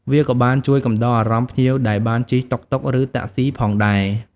វាក៏បានជួយកំដរអារម្មណ៍ភ្ញៀវដែលបានជិះតុកតុកឬតាក់ស៊ីផងដែរ។